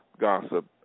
gossip